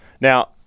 Now